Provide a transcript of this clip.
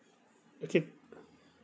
okay